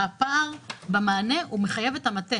הפער במענה הוא מחייב את המטה.